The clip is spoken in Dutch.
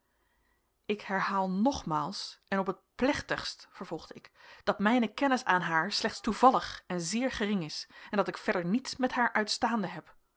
ik herhaal nogmaals en op het plechtigst vervolgde ik dat mijne kennis aan haar slechts toevallig en zeer gering is en dat ik verder niets met haar uitstaande heb